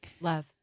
love